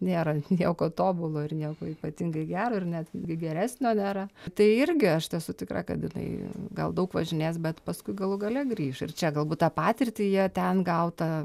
nėra nieko tobulo ir nieko ypatingai gero ir net gi geresnio nėra tai irgi aš tesu tikra kad jinai gal daug važinės bet paskui galų gale grįš ir čia galbūt tą patirtį jie ten gautą